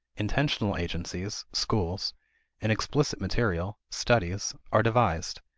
intentional agencies schools and explicit material studies are devised.